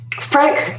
Frank